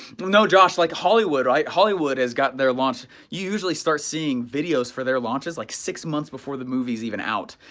no, josh like hollywood, right? hollywood has got their launch usually start seeing videos for their launches like six months before the movie's even out.